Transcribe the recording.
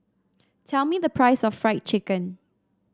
tell me the price of Fried Chicken